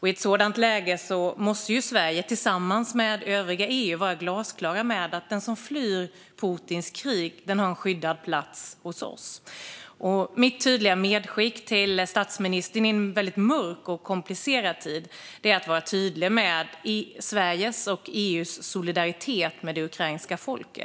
I ett sådant läge måste Sverige tillsammans med övriga EU vara glasklara med att den som flyr Putins krig har en skyddad plats hos oss. Mitt tydliga medskick till statsministern i en väldigt mörk och komplicerad tid är att vara tydlig med Sveriges och EU:s solidaritet med det ukrainska folket.